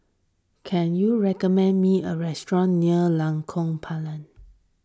can you recommend me a restaurant near Lengkong Empat